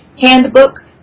Handbook